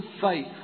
faith